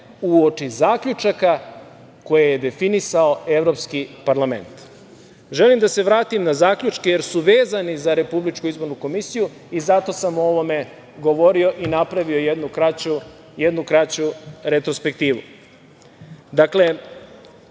uoči zaključaka koje je definisao Evropski parlament. Želim da se vratim na zaključke, jer su vezani za RIK i zato samo o ovome govorio i napravio jednu kraću retrospektivu. Dakle,